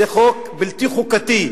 זה חוק בלתי חוקתי,